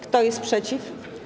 Kto jest przeciw?